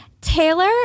Taylor